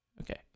Okay